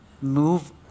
move